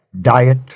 diet